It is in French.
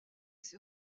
ses